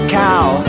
cow